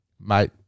Mate